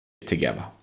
together